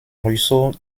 ruisseaux